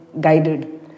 guided